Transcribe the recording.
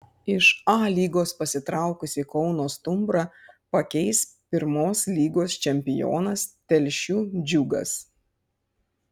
iš a lygos pasitraukusį kauno stumbrą pakeis pirmos lygos čempionas telšių džiugas